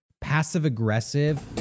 passive-aggressive